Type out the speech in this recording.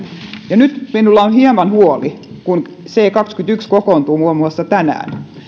ja nyt minulla on hieman huolta siitä kun c kaksikymmentäyksi kokoontuu muun muassa tänään